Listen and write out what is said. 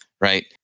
right